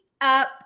up